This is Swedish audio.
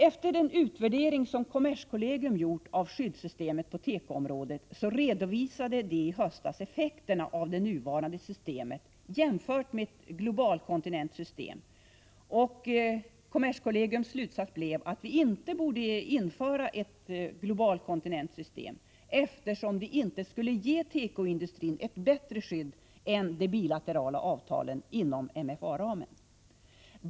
Efter den utvärdering som kommerskollegium gjort av skyddssystemet på tekooområdet redovisades i höstas effekterna av det nuvarande systemet jämfört med ett globalkontingentsystem. Kommerskollegiums slutsats blev att vi inte borde införa ett globalkontingentsystem, eftersom det inte skulle ge tekoindustrin ett bättre skydd än de bilaterala avtalen inom MFA-ramen.